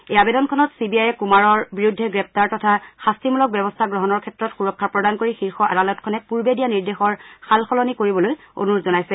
এই আৱেদনখনত C B আইয়ে কুমাৰৰ বিৰুদ্ধে গ্ৰেপ্তাৰ তথা শাস্তিমূলক ব্যৱস্থা গ্ৰহণৰ ক্ষেত্ৰত সুৰক্ষা প্ৰদান কৰি শীৰ্ষ আদালতখনে পূৰ্বে দিয়া নিৰ্দেশৰ সংশোধন কৰিবলৈ অনুৰোধ জনাইছে